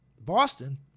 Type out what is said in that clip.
Boston